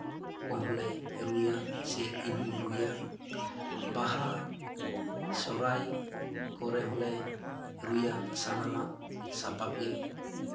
ᱠᱚᱦᱚᱸᱞᱮ ᱨᱩᱭᱟ ᱥᱮ ᱤᱧ ᱦᱚᱧ ᱨᱩᱭᱟ ᱵᱟᱦᱟ ᱥᱚᱨᱦᱟᱭ ᱠᱚᱨᱮ ᱦᱚᱸᱞᱮ ᱨᱩᱭᱟ ᱥᱟᱱᱟᱢᱟᱜ ᱥᱟᱯᱟᱯ ᱜᱮ